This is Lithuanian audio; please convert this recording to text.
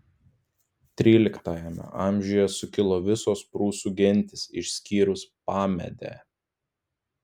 tryliktajame amžiuje sukilo visos prūsų gentys išskyrus pamedę